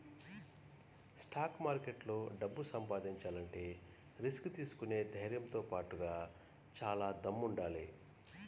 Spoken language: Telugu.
స్టాక్ మార్కెట్లో డబ్బు సంపాదించాలంటే రిస్క్ తీసుకునే ధైర్నంతో బాటుగా చానా దమ్ముండాలి